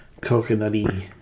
coconutty